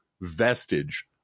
vestige